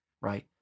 right